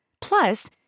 Plus